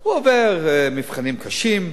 הוא עובר מבחנים קשים,